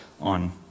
on